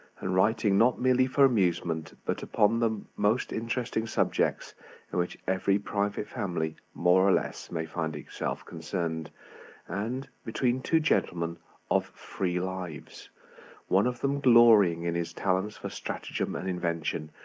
and writing not merely for amusement, but upon the most interesting subjects in which every private family, more or less, may find itself concerned and, between two gentlemen of free lives one of them glorying in his talents for stratagem and invention,